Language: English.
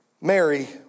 Mary